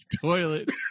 toilet